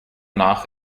nach